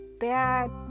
bad